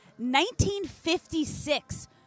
1956